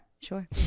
Sure